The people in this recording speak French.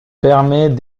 permet